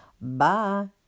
Bye